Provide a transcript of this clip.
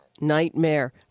nightmare